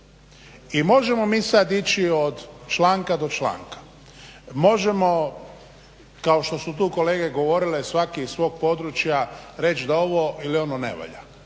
I možemo mi sad ići od članka do članka, možemo kao što su tu kolege govorile svaki iz svog područja reć da ovo ili ono ne valja.